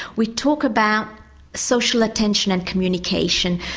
we talk about social attention and communication.